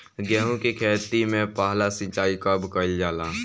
गेहू के खेती मे पहला सिंचाई कब कईल जाला?